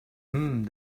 hmm